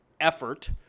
effort